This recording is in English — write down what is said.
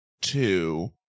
two